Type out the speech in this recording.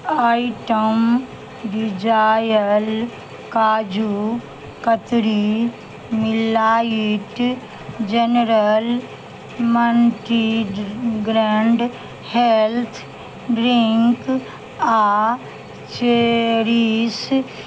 item डिजायल काजू कतरी मिलाइट general multigrain health drink आओर चेरीस